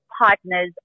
partners